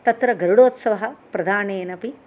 तत्र गरुडोत्सवः प्रदानेनपि